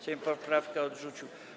Sejm poprawkę odrzucił.